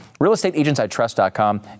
Realestateagentsitrust.com